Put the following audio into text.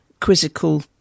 quizzical